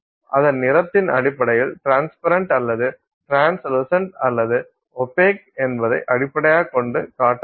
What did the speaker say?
அதன் நிறத்தின் அடிப்படையில் டிரன்ஸ்பரெண்ட் அல்லது டிரன்ஸ்லுசெண்ட் அல்லது ஓப்பேக் என்பதை அடிப்படையாகக் கொண்டு காட்டப்படும்